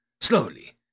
Slowly